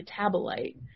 metabolite